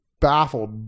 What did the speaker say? baffled